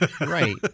Right